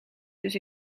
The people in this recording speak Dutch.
dus